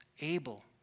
able